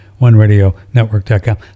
OneRadioNetwork.com